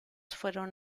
fueron